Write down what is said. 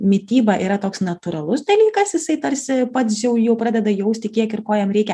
mityba yra toks natūralus dalykas jisai tarsi pats jau jau pradeda jausti kiek ir ko jam reikia